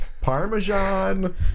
Parmesan